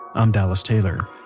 i'm dallas taylor